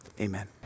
Amen